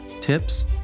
tips